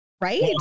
Right